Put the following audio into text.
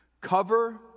Cover